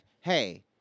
hey